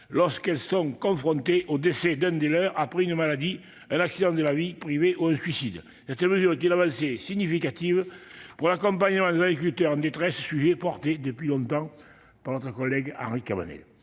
lorsqu'elles sont confrontées au décès d'un des leurs après une maladie, un accident de la vie privée ou un suicide. Cette mesure est une avancée significative pour l'accompagnement des agriculteurs en détresse, sujet porté depuis longtemps par notre collègue Henri Cabanel.